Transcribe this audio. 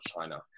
China